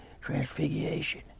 Transfiguration